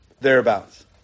thereabouts